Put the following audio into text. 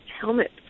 helmet